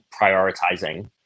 prioritizing